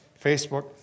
Facebook